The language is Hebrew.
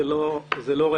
זה לא רלוונטי.